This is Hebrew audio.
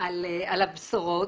על הבשורות.